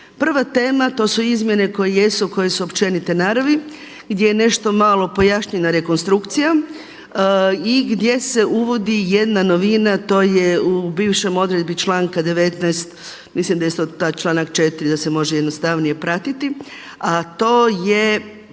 Prva tema to su izmjene koje jesu, koje su općenite naravi gdje je nešto malo pojašnjenja rekonstrukcija i gdje se uvodi jedna novina. To je u bivšoj odredbi članka 19. Mislim da isto taj članak 4. da se može jednostavnije pratiti, a to je